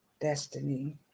Destiny